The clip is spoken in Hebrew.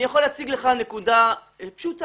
אני יכול להציג לך נקודה פשוטה.